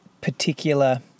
particular